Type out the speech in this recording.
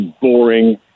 boring